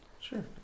Sure